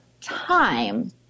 time